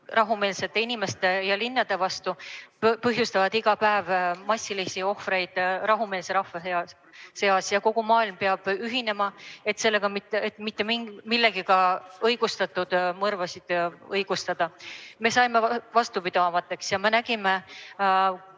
rahumeelsete inimeste ja linnade vastu, põhjustavad iga päev massilisi ohvreid rahumeelse rahva seas. Kogu maailm peab ühinema, et peatada mitte millegagi õigustatud mõrvad. Me saime vastupidavaks ja me nägime, kes